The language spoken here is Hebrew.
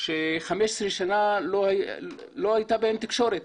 ש-15 שנים לא הייתה בהן תקשורת.